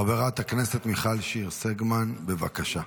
חברת הכנסת מיכל שיר סגמן, בבקשה.